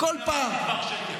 אני אמרתי דבר שקר.